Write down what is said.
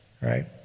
right